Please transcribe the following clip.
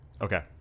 Okay